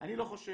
אני לא חושב